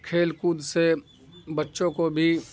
کھیل کود سے بچوں کو بھی